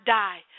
die